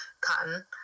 cotton